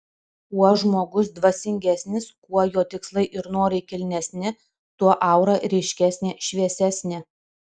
kuo žmogus dvasingesnis kuo jo tikslai ir norai kilnesni tuo aura ryškesnė šviesesnė